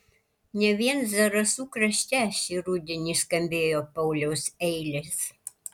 ne vien zarasų krašte šį rudenį skambėjo pauliaus eilės